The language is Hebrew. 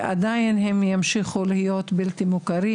ועדיין הם ימשיכו להיות בלתי מוכרים,